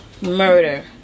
murder